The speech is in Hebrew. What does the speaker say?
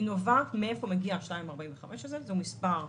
זהו מספר שרירותי,